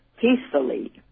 peacefully